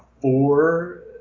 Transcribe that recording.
four